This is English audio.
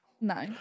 No